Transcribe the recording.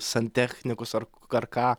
santechnikus ar ar ką